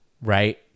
right